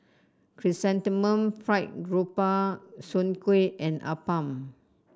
Chrysanthemum Fried Grouper Soon Kueh and appam